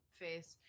face